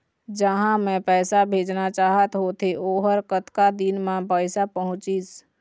जहां मैं पैसा भेजना चाहत होथे ओहर कतका दिन मा पैसा पहुंचिस?